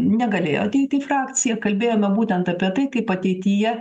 negalėjo ateiti į frakciją kalbėjome būtent apie tai kaip ateityje